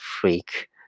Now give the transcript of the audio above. freak